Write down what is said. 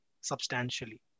substantially